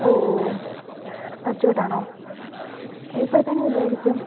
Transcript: ഓ touch വിട്ടതാണോ എപ്പഴത്തേന് വരുവായിരിക്കും